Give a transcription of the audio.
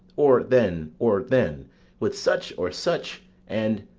or then, or then with such, or such and,